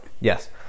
Yes